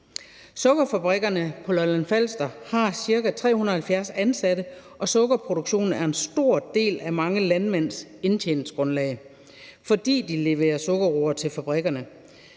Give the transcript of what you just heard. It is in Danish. Sukkerfabrikkerne på Lolland-Falster har ca. 370 ansatte, og sukkerproduktionen er en stor del af mange landmænds indtjeningsgrundlag, fordi de leverer sukkerroer til fabrikkerne.